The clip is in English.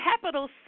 capital